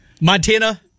Montana